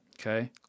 okay